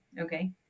Okay